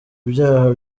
byaha